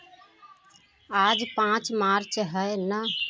आज पाँच मार्च है ना